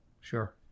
Sure